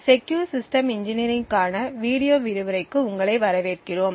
secure system இன்ஜினியரிங்க்கான video விரிவுரைக்கு உங்களை வரவேற்கிறோம்